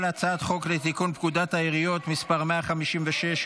הצעת חוק לתיקון פקודת העיריות (מס' 156,